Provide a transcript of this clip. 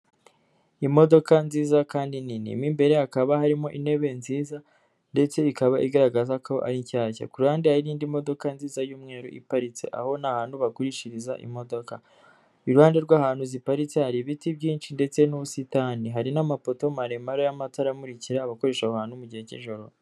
Imodoka nziza kandi nini mo imbere hakaba harimo intebe nziza ndetse ikaba igaragaza ko ari nshyashya, ku ruhande hari indi modoka nziza y'umweru iparitse, aho ni ahantu bagurishiriza imodoka, iruhande rw'ahantu ziparitse hari ibiti byinshi ndetse n'ubusitani, hari n'amapoto maremare y'amatara amurikira abakoresha aho hantu mu gihe cy'ijoro.